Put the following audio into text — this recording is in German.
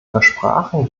versprachen